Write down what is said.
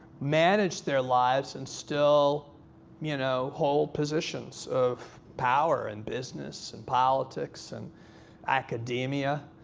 manage their lives and still you know hold positions of power in business and politics and academia.